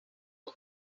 arm